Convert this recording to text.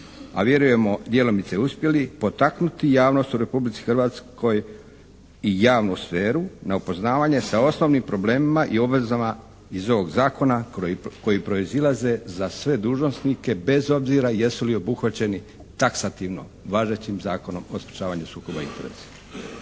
a vjerujemo djelomice i uspjeli potaknuti javnost u Republici Hrvatskoj i javnu sferu na upoznavanje sa osnovnim problemima i obvezama iz ovog zakona koji proizilaze za sve dužnosnike, bez obzira jesu li obuhvaćeni taksativno važećim Zakonom o sprječavanju